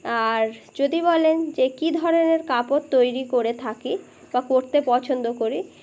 আর যদি বলেন যে কী ধরনের কাপড় তৈরি করে থাকি বা করতে পছন্দ করি